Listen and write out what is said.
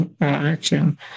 action